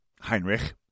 Heinrich